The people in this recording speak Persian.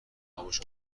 خاموش